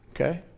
Okay